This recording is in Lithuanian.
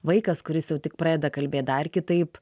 vaikas kuris jau tik pradeda kalbėt dar kitaip